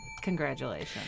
Congratulations